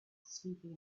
sleeping